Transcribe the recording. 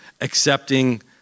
accepting